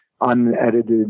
unedited